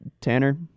Tanner